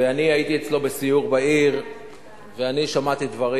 ואני הייתי אצלו בסיור בעיר ואני שמעתי דברים.